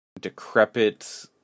decrepit